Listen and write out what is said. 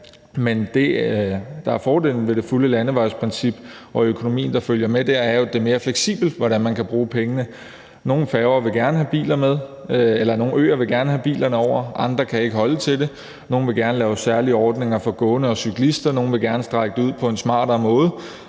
det, der er fordelen ved det fulde landevejsprincip og økonomien, der følger med der, er jo, at det er mere fleksibelt, hvordan man kan bruge pengene. Nogle øer vil gerne have biler over, andre kan ikke holde til det. Nogle vil gerne lave særlige ordninger for gående og cyklister. Nogle vil gerne strække det ud på en smartere måde.